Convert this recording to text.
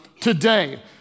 today